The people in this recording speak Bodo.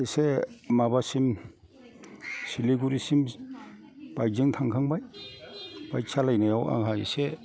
इसे माबासिम सिलिगुरिसिम बाइकजों थांखांबाय बाइक सालायनायाव आंहा इसे